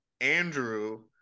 Andrew